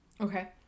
Okay